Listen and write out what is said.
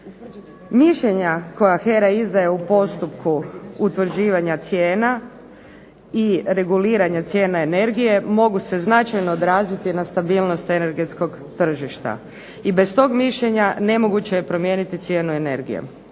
Mišljenja koja HERA izdaje u postupku utvrđivanja cijena i reguliranja cijena energije mogu se značajno odraziti na stabilnost energetskog tržišta. I bez tog mišljenja nemoguće je promijeniti cijenu energije.